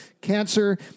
cancer